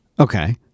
Okay